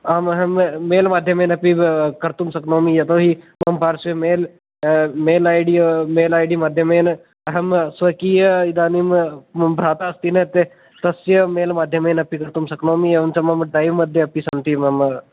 अहं अहं मेलमाध्यमेनापि कर्तुं शक्नोमि यतोहि मम पार्श्वे मेल् मेल् ऐ डि माध्यमेन अहं स्वकीय इदानीं मम भ्राता अस्ति न ते तस्य मेल्माध्यमेन कर्तुं शक्नोमि एवं च मम टैम् मध्ये अपि सन्ति मम